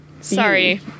sorry